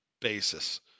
basis